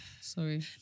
Sorry